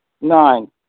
Nine